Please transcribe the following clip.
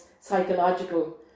psychological